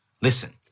Listen